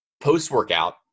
Post-workout